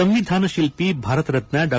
ಸಂವಿಧಾನ ಶಿಲ್ಪಿ ಭಾರತ ರತ್ನ ಡಾ